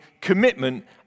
commitment